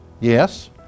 Yes